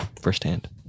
firsthand